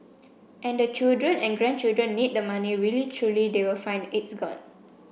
and the children and grandchildren need the money really truly they will find it's gone